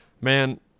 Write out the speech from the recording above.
Man